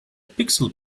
pixel